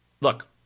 Look